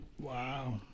Wow